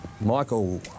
Michael